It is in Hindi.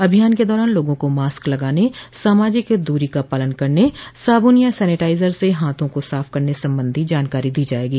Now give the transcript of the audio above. अभियान के दौरान लोगों को मास्क लगाने सामाजिक दूरी का पालन करने साबुन या सैनिटाइजर से हाथों को साफ करने संबंधी जानकारी दी जायेगी